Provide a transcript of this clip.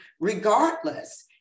regardless